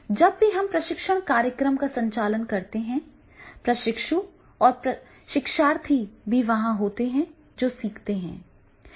जब भी हम प्रशिक्षण कार्यक्रम का संचालन करते हैं प्रशिक्षु और शिक्षार्थी भी वहां होते हैं जो सीखते हैं